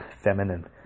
feminine